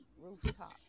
rooftop